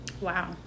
Wow